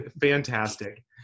fantastic